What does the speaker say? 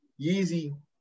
Yeezy